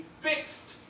fixed